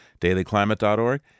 dailyclimate.org